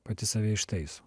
pati save ištaiso